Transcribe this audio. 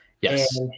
yes